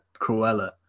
Cruella